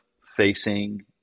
facing